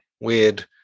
weird